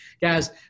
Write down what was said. guys